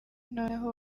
noneho